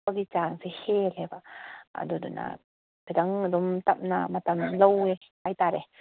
ꯆꯥꯡꯁꯦ ꯍꯦꯜꯂꯦꯕ ꯑꯗꯨꯗꯨꯅ ꯈꯤꯇꯪ ꯑꯗꯨꯝ ꯇꯞꯅ ꯃꯇꯝ ꯂꯧꯋꯦ ꯍꯥꯏꯇꯔꯦ